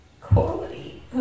quality